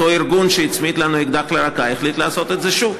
אותו ארגון שהצמיד לנו אקדח לרקה החליט לעשות את זה שוב.